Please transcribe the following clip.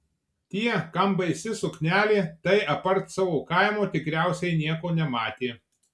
tie kam baisi suknelė tai apart savo kaimo tikriausiai nieko nematė